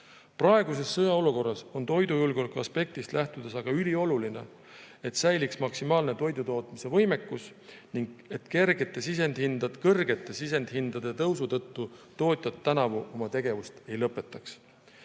avaldama. Praeguses sõjaolukorras on toidujulgeoleku aspektist lähtudes aga ülioluline, et säiliks maksimaalne toidutootmise võimekus ning et sisendhindade tõusu tõttu tootjad tänavu oma tegevust ei lõpetaks.